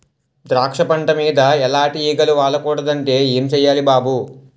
ద్రాక్ష పంట మీద ఎలాటి ఈగలు వాలకూడదంటే ఏం సెయ్యాలి బాబూ?